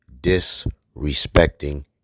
disrespecting